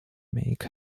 make